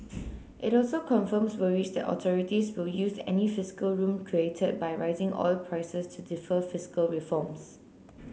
it also confirms worries that authorities will use any fiscal room created by rising oil prices to defer fiscal reforms